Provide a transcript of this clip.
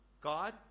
God